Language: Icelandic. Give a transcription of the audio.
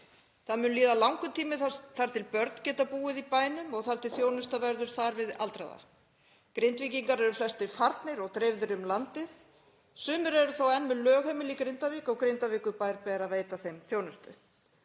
Það mun líða langur tími þar til börn geta búið í bænum og þar til þjónusta verður þar við aldraða. Grindvíkingar eru flestir farnir og dreifðir um landið. Sumir eru þó enn með lögheimili í Grindavík og Grindavíkurbæ ber að veita þeim þjónustu.